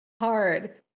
hard